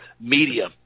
media